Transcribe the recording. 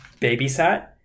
babysat